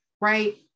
Right